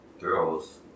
girls